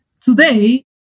today